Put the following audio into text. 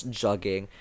jogging